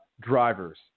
drivers